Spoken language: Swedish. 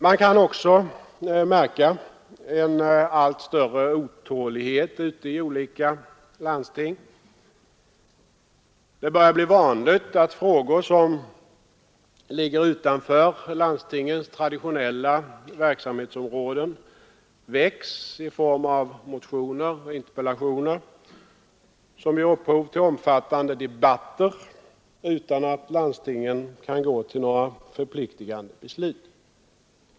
Man kan också märka en allt större otålighet ute i olika landsting. Det börjar bli vanligt att frågor som ligger utanför landstingens traditionella verksam hetsområden väcks i form av motioner och interpellationer, som ger upphov till omfattande debatter utan att landstingen kan gå till några förpliktigande beslut.